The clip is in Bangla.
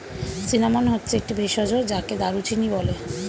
সিনামন হচ্ছে একটি ভেষজ যাকে দারুচিনি বলে